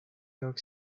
york